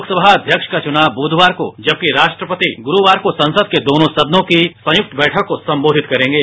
लोक सभा अध्यक्ष का चुनाव बुधवार को जबकि राष्ट्रपति गुरूवार को संसद के दोनों सदनों की संयुक्त बैठक को संबोधित करेंगे